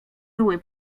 były